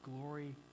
Glory